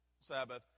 Sabbath